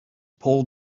paul